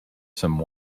some